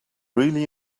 really